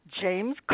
James